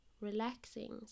relaxing